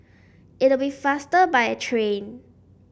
it'll be faster by a train